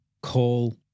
call